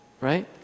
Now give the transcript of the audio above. Right